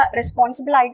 responsible